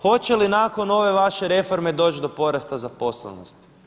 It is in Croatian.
Hoće li nakon ove vaš reforme doći do porasta zaposlenosti?